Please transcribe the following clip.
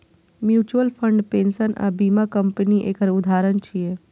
mutual fund, pension आ बीमा company एकर उदाहरण छियै